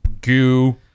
goo